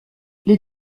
les